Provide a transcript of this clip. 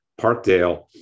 Parkdale